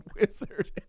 wizard